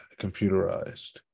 computerized